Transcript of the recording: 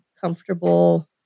comfortable